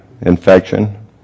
infection